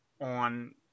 on